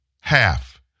Half